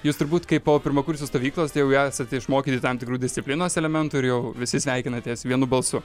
jūs turbūt kaip po pirmakursių stovyklos tai jau esate išmokyti tam tikrų disciplinos elementų ir jau visi sveikinatės vienu balsu